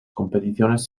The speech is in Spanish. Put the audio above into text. competiciones